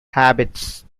habits